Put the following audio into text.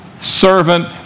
servant